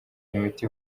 imiti